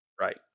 right